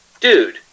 Dude